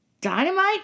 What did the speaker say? Dynamite